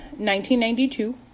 1992